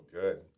good